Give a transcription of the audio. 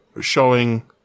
showing